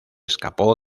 escapó